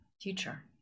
teacher